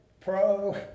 pro